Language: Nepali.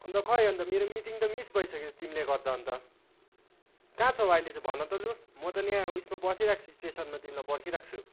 अन्त खोइ अन्त मेरो मिटिङ त मिस भइसक्यो तिमीले गर्दा अन्त कहाँ छौ अहिले चाहिँ भन त लु म त यहाँ उइसमा बसिरहेको छु स्टेसनमा तिमीलाई पर्खिरहेको छु